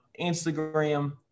instagram